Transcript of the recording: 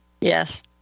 Yes